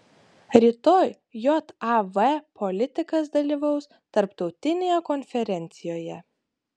rytoj jav politikas dalyvaus tarptautinėje konferencijoje